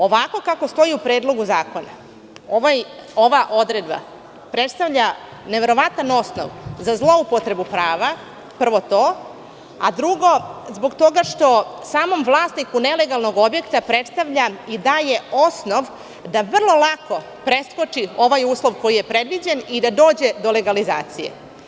Ovako kako stoji u Predlogu zakona ova odredba predstavlja neverovatan osnov za zloupotrebu prava, prvo to, a drugo zbog toga što samom vlasniku nelegalnog objekta predstavlja i daje osnov da vrlo lako preskoči ovaj uslov koji je predviđen i da dođe do legalizacije.